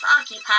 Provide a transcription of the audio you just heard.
occupied